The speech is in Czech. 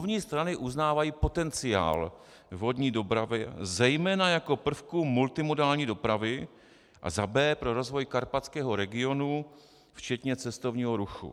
Smluvní strany uznávají potenciál vodní dopravy: zejména jako prvku multimodální dopravy, a za b) pro rozvoj karpatského regionu včetně cestovního ruchu.